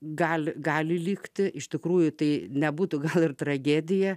gali gali likti iš tikrųjų tai nebūtų gal ir tragedija